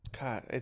God